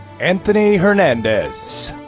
anthony hernandez.